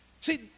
see